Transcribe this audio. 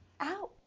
Ow